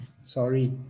Sorry